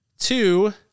Two